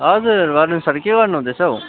हजुर भन्नुहोस् सर के गर्नुहुँदैछ हो